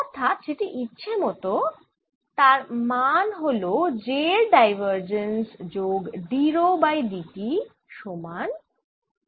অর্থাৎ সেটি ইচ্ছামত আর তার মানে হল j এর ডাইভারজেন্স যোগ d rho by d t সমান 0